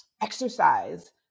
exercise